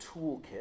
toolkit